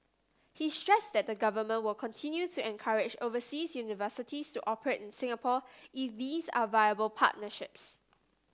he stressed that the government will continue to encourage overseas universities to operate in Singapore if these are viable partnerships